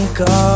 go